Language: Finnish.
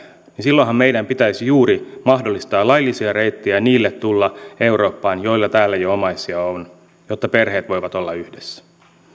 niin silloinhan meidän pitäisi juuri mahdollistaa laillisia reittejä tulla eurooppaan niille joilla täällä jo omaisia on jotta perheet voivat olla yhdessä